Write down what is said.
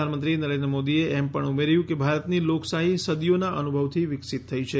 પ્રધાનમંત્રી નરેન્દ્રમોદીએ એમ પણ ઉમેર્યું કે ભારતની લોકશાહી સદીઓના અનુભવથી વિકસીત થઈ છે